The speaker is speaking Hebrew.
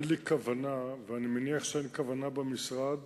אין לי כוונה, ואני מניח שאין כוונה במשרד,